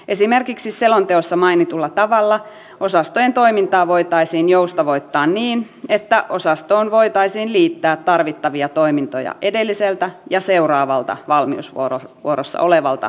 esimerkiksi selonteossa mainitulla tavalla osastojen toimintaa voitaisiin joustavoittaa niin että osastoon voitaisiin liittää tarvittavia toimintoja edelliseltä ja seuraavalta valmiusvuorossa olevalta osastolta